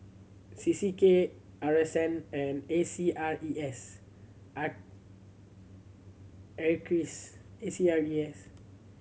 C C K R S N and A C R E S R A C R E S